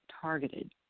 targeted